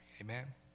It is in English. amen